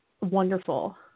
wonderful